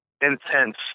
intense